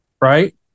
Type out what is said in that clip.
right